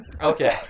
Okay